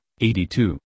82